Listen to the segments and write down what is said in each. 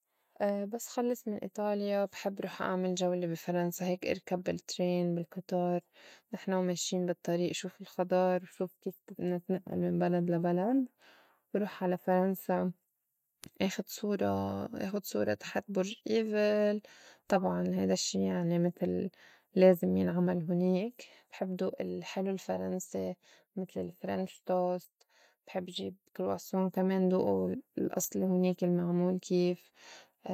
بس خلّص من إيطاليا بحب روح أعمل جولة بي فرنسا هيك اركب بال- train بالقِطار نحن وماشين بالطريق شوف خُضار، شوف كيف نتنقّل من بلد لا بلد. نروح على فرنسا آخد- صورة- آخد صورة تحت بُرج Eiffel طبعاً هيدا الشّي يعني متل لازِم ينعمل هونيك، بحب دوق الحلو الفرنسي متل ال- French toast، بحب جيب Croissant كمان دوقه الأصلي هونيك المعمول كيف،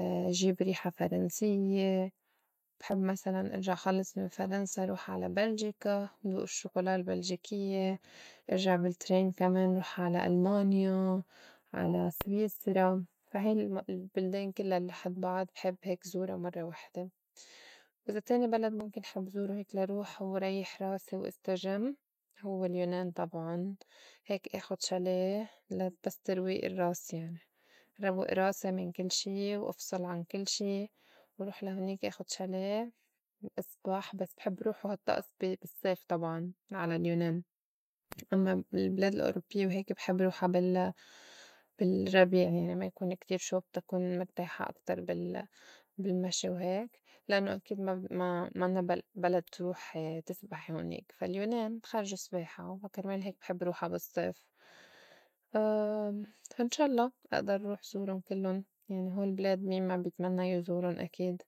جيب ريحة فرنسيّة. بحب مسلاً إرجع خلّص من فرنسا روح على بلجيكا دوق الشّوكولا البلجيكيّة. ارجع بال train كمان روح على المانيا، على سويسرا. فا هاي ال- البلدان كلّا الّي حد بعض بحب هيك زورا مرّة وحدة. وإذا تاني بلد مُمكن حب زورو هيك لروح وريّح راسي واستجم هوّ اليونان. طبعاً هيك آخُد شاليه لا بس ترويئ الرّاس يعني روّق راسي من كل شي وافصُل عن كل شي وروح لا هونيك آخُد شاليه اسبح. بس بحب روح و هالطّقس ب- بالصيف طبعاً على اليونان. أمّا البلاد الأوروبيّة وهيك بحب روحا بال- بالرّبيع ما يكون كتير شوب تا كون مرتاحة أكتر بال- بالمشي وهيك لإنّو أكيد ما- ب- ما- منّا ب- بلد تروحي تسبحي هونيك. فا اليونان خرْج السباحة فا كرمال هيك بحب روحا بالصّيف. إن شا الله اقدر روح زورُن كِلُّن يعني هول البلاد مين ما بيتمنّى يزورُن أكيد.